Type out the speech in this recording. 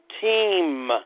team